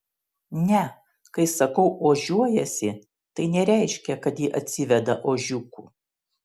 ne kai sakau ožiuojasi tai nereiškia kad ji atsiveda ožiukų